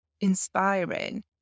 inspiring